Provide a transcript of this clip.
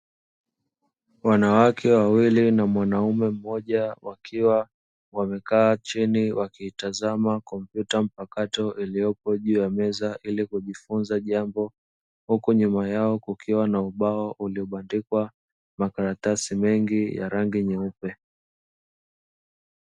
Wanawake wawili na mwanaume mmoja wakiwa wamekaa chini wakitazama kompyuta mpakato iliyopo juu ya meza, ili kujifunza jambo huku nyuma yao kukiwa na ubao uliobandikwa makaratasi mengi ya rangi nyeupe.